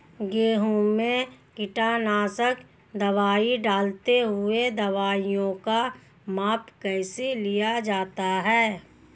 गेहूँ में कीटनाशक दवाई डालते हुऐ दवाईयों का माप कैसे लिया जाता है?